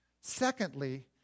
Secondly